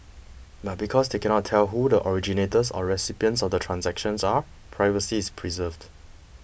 but because they cannot tell who the originators or recipients of the transactions are privacy is preserved